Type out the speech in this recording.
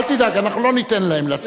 אל תדאג, אנחנו לא ניתן להם לעשות את זה.